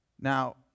Now